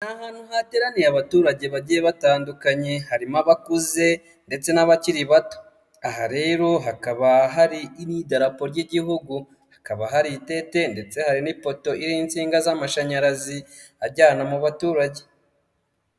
Ni ahantu hateraniye abaturage bagiye batandukanye, harimo abakuze ndetse n'abakiri bato, aha rero hakaba hari n'idarapo ry'igihugu, hakaba hari itente ndetse hari n'ipoto iriho insinga z'amashanyarazi ajyana mu baturage.